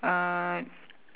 uh